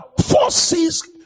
forces